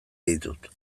ditut